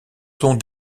sont